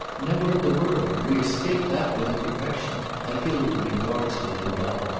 never in the world! we escape that with a perfection! i feel it to be largely, no doubt,